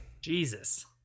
Jesus